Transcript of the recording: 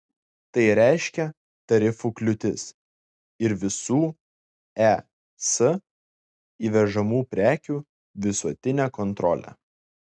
tai reiškia tarifų kliūtis ir visų į es įvežamų prekių visuotinę kontrolę